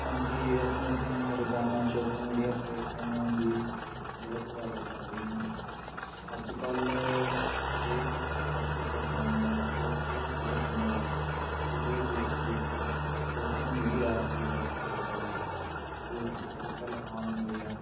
ਹਾਂਜੀ ਅਸੀਂ ਆਪਣੇ ਰੋਜ਼ਾਨਾ ਸੋਸ਼ਲ ਮੀਡੀਆ ਪਲੇਟਫੋਰਮਾਂ ਦੀ ਬਹੁਤ ਵਰਤੋਂ ਕਰਦੇ ਹਾਂ ਅੱਜ ਕੱਲ੍ਹ ਹਰੇਕ ਵਿਅਕਤੀ ਕੋਲ ਫ਼ੋਨ ਹੈ ਜੋ ਕਿ ਹਰ ਬੰਦਾ ਪੂਰੇ ਵਿਸ਼ਵ ਵਿੱਚ ਸੋਸ਼ਲ ਮੀਡੀਆ ਐਪ ਦੀ ਵਰਤੋਂ ਕਰਦਾ ਹੈ ਜੋ ਕਿ ਅੱਜ ਕੱਲ੍ਹ ਆਮ ਹੋ ਗਿਆ ਹੈ